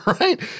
Right